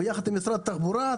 ביחד עם משרד התחבורה,